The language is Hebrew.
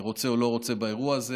רוצה או לא רוצה באירוע הזה.